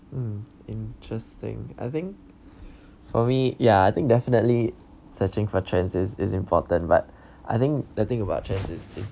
mm interesting I think for me ya I think definitely searching for chances is important but I think the thing about chances is